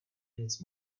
nic